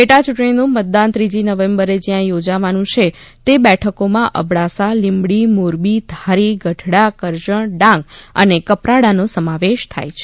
પેટા ચૂંટણીનું મતદાન ત્રીજી નવેમ્બરે જ્યાં યોજાવાનું છે તે બેઠકોમાં અબડાસા લીંબડી મોરબી ધારી ગઢડા કરજણ ડાંગ અને કપરાડાનો સમાવેશ થાય છે